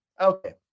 Okay